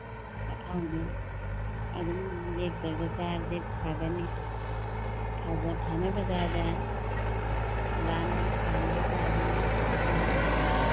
ꯆꯥꯛꯈꯥꯎꯗꯨ ꯑꯗꯨꯝ ꯂꯦꯞꯇꯕꯤ ꯆꯥꯔꯗꯤ ꯐꯒꯅꯤ ꯐꯅꯕ ꯆꯥꯔꯗꯤ ꯑꯂꯥꯍꯅ ꯑꯗꯨꯝ ꯐꯍꯟꯕ ꯇꯥꯕꯅꯦ